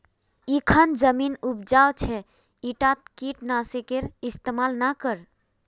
इखन जमीन उपजाऊ छ ईटात कीट नाशकेर इस्तमाल ना कर